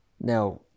Now